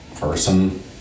person